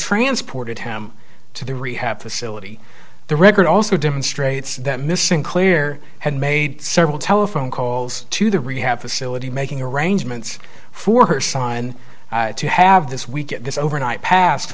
transported him to the rehab facility the record also demonstrates that missing clear had made several telephone calls to the rehab facility making arrangements for her son to have this week at this overnight past